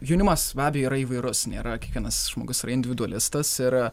jaunimas be abejo yra įvairus nėra kiekvienas žmogus yra individualistas ir